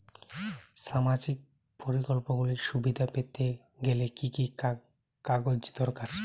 সামাজীক প্রকল্পগুলি সুবিধা পেতে গেলে কি কি কাগজ দরকার?